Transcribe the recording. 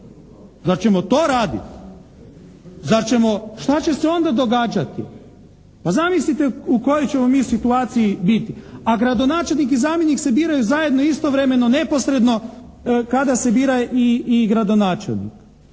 Zar ćemo to raditi? Šta će se onda događati? Pa zamislite u kojoj ćemo mi situaciji biti. A gradonačelnik i zamjenik se biraju zajedno, istovremeno, neposredno kada se bira i gradonačelnik.